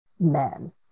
men